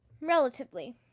relatively